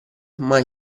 mai